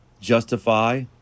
justify